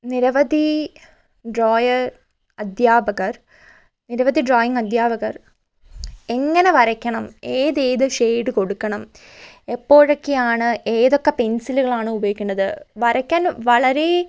നിരവധി ഡ്രോയർ അധ്യാപകർ നിരവധി ഡ്രോയിംഗ് അധ്യാപകർ എങ്ങനെ വരയ്ക്കണം ഏതേത് ഷെയ്ഡ് കൊടുക്കണം എപ്പോഴൊക്കെയാണ് ഏതൊക്കെ പെൻസിലുകളാണ് ഉപയോഗിക്കേണ്ടത് വരയ്ക്കാൻ വളരേ